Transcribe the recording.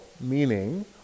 Meaning